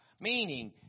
Meaning